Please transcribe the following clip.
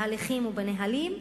בהליכים ובנהלים.